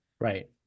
Right